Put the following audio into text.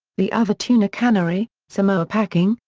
the other tuna cannery, samoa packing,